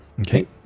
Okay